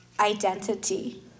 identity